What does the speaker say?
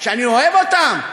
שאני אוהב אותם,